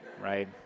right